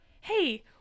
Hey